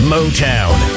Motown